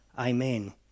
Amen